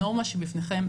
הנורמה שבפניכם,